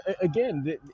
again